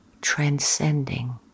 transcending